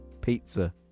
pizza